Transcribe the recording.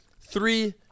three